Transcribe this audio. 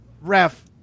Ref